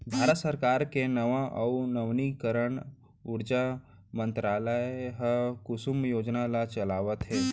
भारत सरकार के नवा अउ नवीनीकरन उरजा मंतरालय ह कुसुम योजना ल चलावत हे